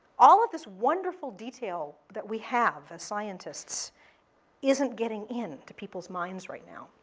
all of this wonderful detail that we have as scientists isn't getting in to people's minds right now.